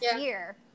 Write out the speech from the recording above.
year